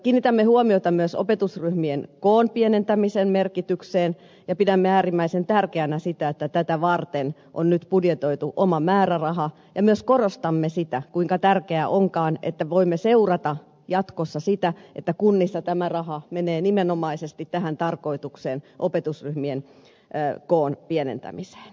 kiinnitämme huomiota myös opetusryhmien koon pienentämisen merkitykseen ja pidämme äärimmäisen tärkeänä sitä että tätä varten on nyt budjetoitu oma määräraha ja myös korostamme sitä kuinka tärkeää onkaan että voimme seurata jatkossa sitä että kunnissa tämä raha menee nimenomaisesti tähän tarkoitukseen opetusryhmien koon pienentämiseen